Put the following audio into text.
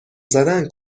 زدن